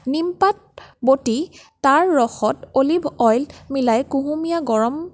নিম পাত বটি তাৰ ৰসত অলিভ অইল মিলাই কুহুমীয়া গৰম